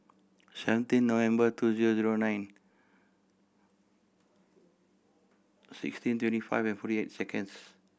seventeen November two zero zero nine sixteen twenty five and forty eight seconds